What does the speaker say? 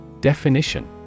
Definition